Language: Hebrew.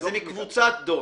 אבל זה מקבוצת דור.